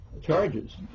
charges